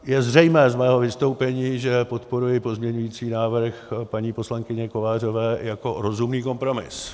Je zřejmé z mého vystoupení, že podporuji pozměňující návrh paní poslankyně Kovářové jako rozumný kompromis.